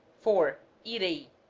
for irei,